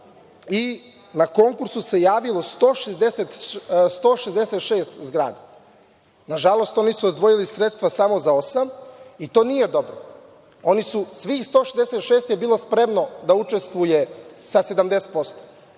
i na konkurs se javilo 166 zgrada. Na žalost, oni su izdvojili sredstva samo za osam i to nije dobro. Svih 166 je bilo spremno da učestvuje za 70%,